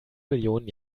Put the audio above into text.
millionen